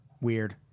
Weird